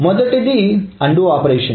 మొదటిది undo operation